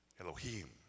Elohim